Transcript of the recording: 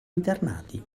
internati